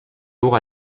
lourds